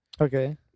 Okay